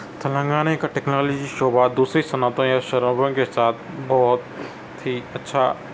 تلنگانہ کا ٹیکنالوجی شعبہ دوسری صنعتوں یا سرحوں کے ساتھ بہت ہی اچھا